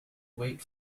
wait